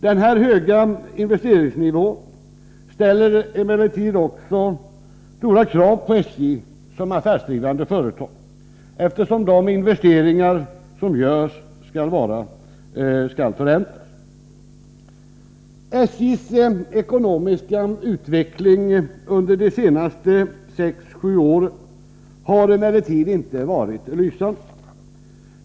Den höga investeringsnivån ställer emellertid också stora krav på SJ som affärsdrivande företag, eftersom de investeringar som görs skall förräntas. SJ:s ekonomiska utveckling under de senaste sex å sju åren har dock inte varit lysande.